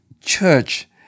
church